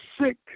sick